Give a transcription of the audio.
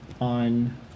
on